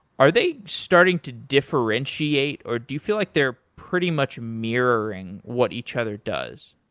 are they starting to differentiate or do you feel like they're pretty much mirroring what each other does?